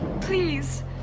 Please